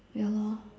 ya lor